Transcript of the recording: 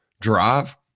drive